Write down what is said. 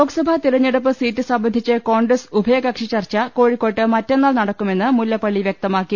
ലോക്സഭ തെരഞ്ഞെടുപ്പ് സീറ്റ് സംബന്ധിച്ച് കോൺഗ്രസ് ഉഭയകക്ഷി ചർച്ച കോഴിക്കോട്ട് മറ്റന്നാൾ നടക്കുമെന്ന് മുല്ലപ്പള്ളി വൃക്തമാക്കി